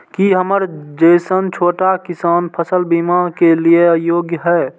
की हमर जैसन छोटा किसान फसल बीमा के लिये योग्य हय?